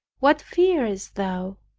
what fearest thou?